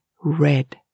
red